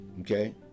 okay